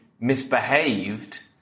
misbehaved